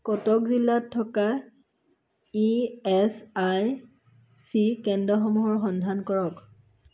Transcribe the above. কটক জিলাত থকা ইএচআইচি কেন্দ্ৰসমূহৰ সন্ধান কৰক